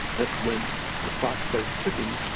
that's when the clock starts ticking,